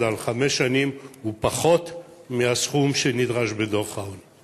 לחמש שנים הוא פחות מהסכום שנדרש בדוח העוני.